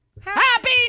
happy